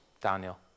Daniel